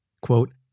quote